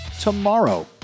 tomorrow